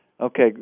Okay